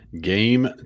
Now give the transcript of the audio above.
game